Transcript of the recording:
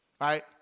right